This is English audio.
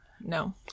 no